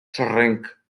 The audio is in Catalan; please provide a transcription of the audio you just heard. sorrenc